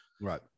Right